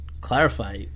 clarify